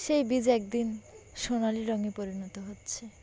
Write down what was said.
সেই বীজ একদিন সোনালি রঙে পরিণত হচ্ছে